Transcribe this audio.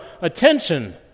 attention